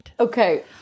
Okay